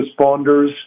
responders—